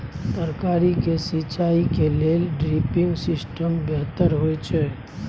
तरकारी के सिंचाई के लेल ड्रिपिंग सिस्टम बेहतर होए छै?